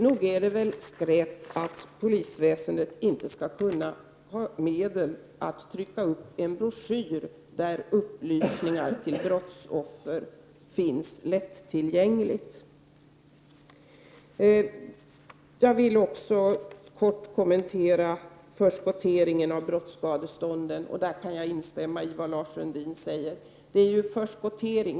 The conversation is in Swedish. Nog är det väl skräp att polisväsendet inte skall kunna ha medel att trycka upp en broschyr där upplysningar till brottsoffer finns lättillgängliga. Jag vill också kort kommentera förskotteringen av brottsskadestånden. Jag kan instämma i det Lars Sundin säger.